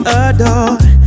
adore